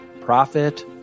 Profit